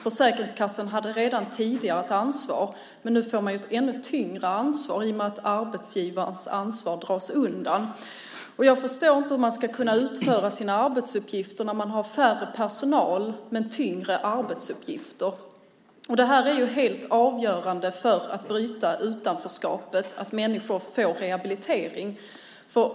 Försäkringskassan hade redan tidigare ett ansvar, men nu får man ett tyngre ansvar i och med att arbetsgivarnas ansvar dras undan. Jag förstår inte hur man ska kunna utföra sina arbetsuppgifter med mindre personal samtidigt som man får tyngre arbetsuppgifter. Att människor får rehabilitering är helt avgörande för att utanförskapet ska brytas.